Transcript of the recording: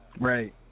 Right